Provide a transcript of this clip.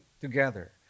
together